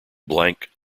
blank